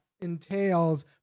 entails